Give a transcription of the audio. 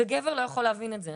וגבר לא יכול להבין את זה,